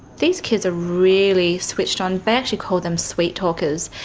these kids are really switched on. they actually call them sweet-talkers.